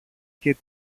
και